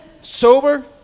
sober